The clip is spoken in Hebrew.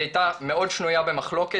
היא הייתה מאוד שנויה במחלוקת,